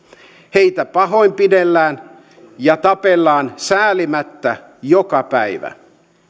heitä pahoinpidellään ja tapetaan säälimättä joka päivä